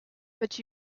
but